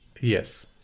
Yes